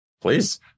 please